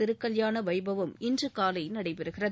திருக்கல்யாண வைபவம் இன்று காலை நடைபெறுகிறது